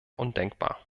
undenkbar